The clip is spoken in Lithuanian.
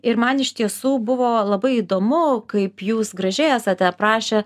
ir man iš tiesų buvo labai įdomu kaip jūs gražiai esate aprašę